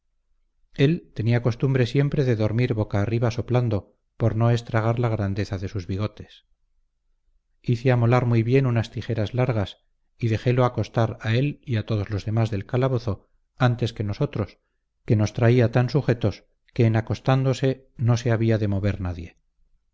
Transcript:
él tenía costumbre siempre de dormir boca arriba soplando por no estragar la grandeza de sus bigotes hice amolar muy bien unas tijeras largas y dejélo acostar a él y a todos los demás del calabozo antes que nosotros que nos traía tan sujetos que en acostándose no se había de mover nadie